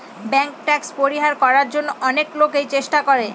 bank tax পরিহার করার জন্য অনেক লোকই চেষ্টা করে